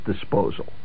disposal